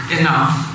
enough